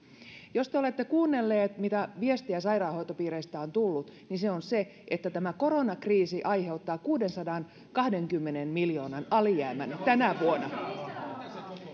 jos te olette kuunnelleet mitä viestiä sairaanhoitopiireistä on tullut niin se on se että tämä koronakriisi aiheuttaa kuudensadankahdenkymmenen miljoonan alijäämän tänä vuonna